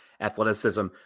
athleticism